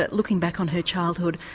but looking back on her childhood,